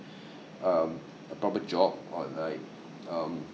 um a proper job or like um